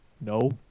no